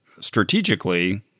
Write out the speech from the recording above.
strategically